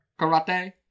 Karate